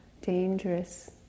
dangerous